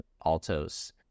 Altos